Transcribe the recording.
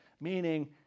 Meaning